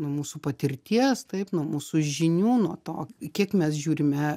nuo mūsų patirties taip nuo mūsų žinių nuo to kiek mes žiūrime